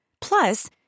Plus